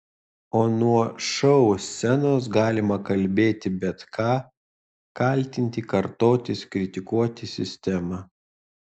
o nuo šou scenos galima kalbėti bet ką kaltinti kartotis kritikuoti sistemą